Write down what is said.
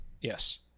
Yes